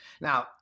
Now